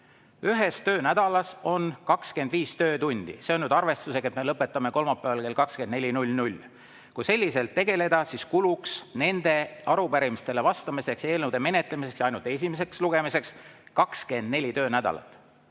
Ühes töönädalas on 25 töötundi, see on arvestusega, et me lõpetame kolmapäeval kell 24.00. Kui selliselt tegeleda, siis kuluks nendele arupärimistele vastamiseks ja eelnõude menetlemiseks – ainult esimeseks lugemiseks – 24 töönädalat.